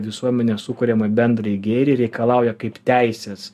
visuomenės sukuriamą bendrąjį gėrį reikalauja kaip teisės